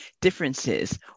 differences